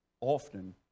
often